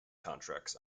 contracts